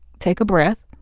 take a breath.